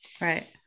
right